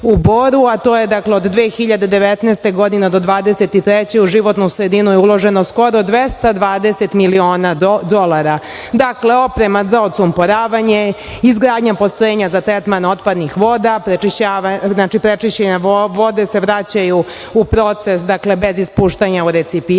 a to je dakle od 2019. godine do 2023. godine, u životnu sredinu je uloženo skoro 220 miliona dolara. Dakle oprema za odsumporavanje, izgradnja za postrojenja za tretman otpadnih voda, prečišćene vode se vraćaju u proces bez ispuštanja, recipient,